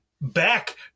back